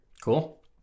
Cool